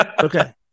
Okay